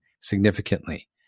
significantly